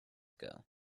ago